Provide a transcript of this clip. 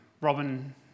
Robin